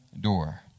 door